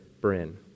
Brin